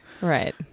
Right